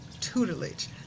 tutelage